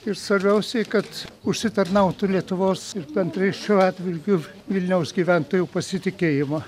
ir svarbiausiai kad užsitarnautų lietuvos ir bendrai šiuo atžvilgiu vilniaus gyventojų pasitikėjimą